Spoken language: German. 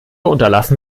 unterlassen